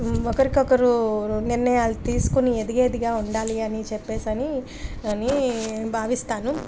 ఒకరికొకరు నిర్ణయాలు తీసుకుని ఎదిగేదిగా ఉండాలి అని చెప్పేసిని అని భావిస్తాను